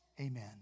Amen